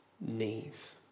knees